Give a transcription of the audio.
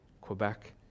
Quebec